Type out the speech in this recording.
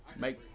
make